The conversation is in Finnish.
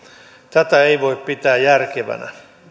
tätä ei voi pitää järkevänä